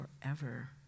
forever